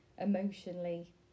emotionally